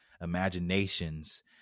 imaginations